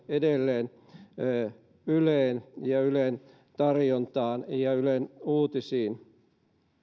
edelleen yleen ja ylen tarjontaan ja ylen uutisiin